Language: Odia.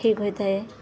ଠିକ ହୋଇଥାଏ